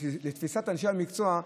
לתפיסת אנשי המקצוע,